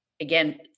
again